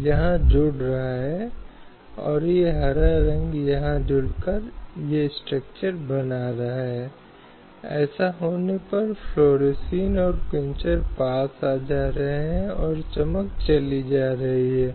के खिलाफ रखरखाव के लिए भुगतान करने के लिए कानून की अदालतों में बार बार याचिका दायर की जा सकती है